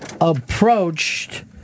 approached